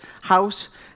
house